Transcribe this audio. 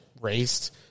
raised